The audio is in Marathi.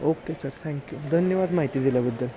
ओके सर थँक्यू धन्यवाद माहिती दिल्याबद्दल